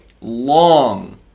long